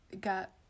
Got